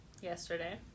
Yesterday